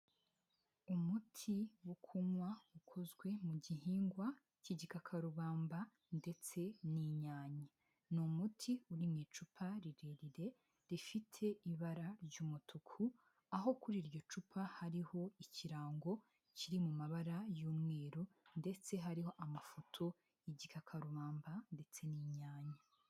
Umuti wo kunywa ukozwe mu gihingwa cy'igikakarubamba ndetse n'inyanya. Ni umuti uri mu icupa rirerire rifite ibara ry'umutuku, aho kuri iryo cupa hariho ikirango kiri mu mabara y'umweru ndetse hariho amafoto y'igikakarubamba ndetse n'inyanya.